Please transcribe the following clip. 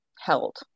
held